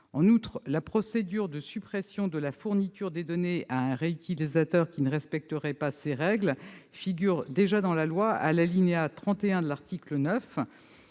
En outre, la procédure de suppression de la fourniture des données à un réutilisateur qui ne respecterait pas ces règles figure déjà à l'article 9, alinéa 31, du projet